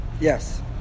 Yes